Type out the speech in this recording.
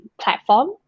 platform